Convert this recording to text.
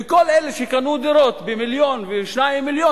וכל אלה שקנו דירות במיליון וב-2 מיליון